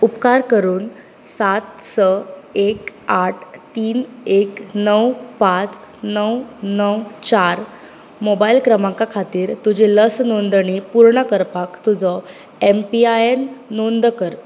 उपकार करून सात स एक आठ तीन एक णव पांच णव णव चार मोबायल क्रमांका खातीर तुजी लस नोंदणी पूर्ण करपाक तुजो एम पी आय एन नोंद कर